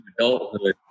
adulthood